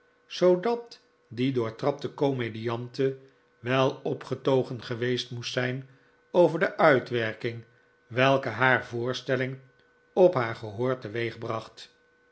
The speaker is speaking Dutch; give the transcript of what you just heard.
zoodat die doortrapte komediante wel opgetogen geweest moet zijn over de uitwerking welke haar voorstelling op haar gehoor